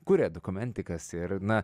kuria dokumentikas ir na